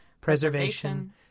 preservation